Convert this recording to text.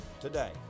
today